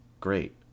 great